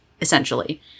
essentially